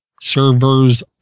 Servers